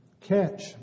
catch